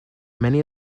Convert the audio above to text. many